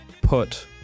put